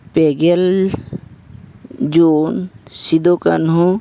ᱯᱮᱜᱮᱞ ᱡᱩᱱ ᱥᱤᱫᱩ ᱠᱟᱹᱱᱦᱩ